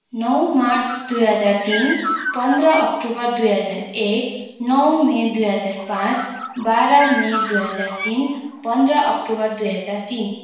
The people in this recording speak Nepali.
नौ मार्च दुई हजार तिन पन्ध्र अक्टोबर दुई हजार एक नौ मई दुई हजार पाँच बाह्र मई दुई हजार तिन पन्ध्र अक्टोबर दुई हजार तिन